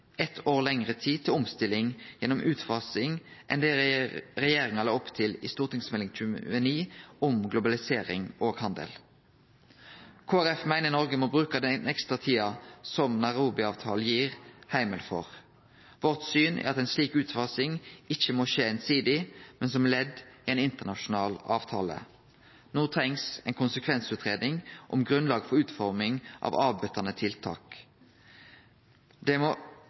eitt år meir til omstilling gjennom utfasing enn det regjeringa la opp til i Meld. St. 29 for 2014–2015 om globalisering og handel. Kristeleg Folkeparti meiner Noreg må bruke den ekstra tida som Nairobi-avtalen gir heimel for. Vårt syn er at ei slik utfasing ikkje må skje einsidig, men som ledd i ein internasjonal avtale. No trengst ei konsekvensutgreiing som grunnlag for utforming av avbøtande tiltak. Dei må